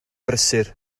brysur